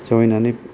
जावैनानै